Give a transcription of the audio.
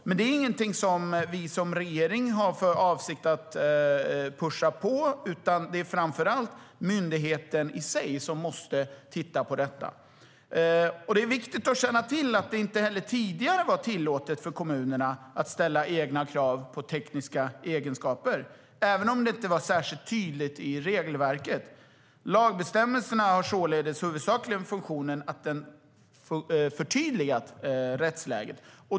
Men det är ingenting som vi som regering har för avsikt att pusha på, utan det är framför allt myndigheten själv som måste titta på detta. Det är viktigt att känna till att det inte heller tidigare var tillåtet för kommunerna att ställa egna krav på tekniska egenskaper, även om det inte var särskilt tydligt i regelverket. Lagbestämmelserna har således huvudsakligen funktionen att de förtydligat rättsläget.